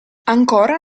ancora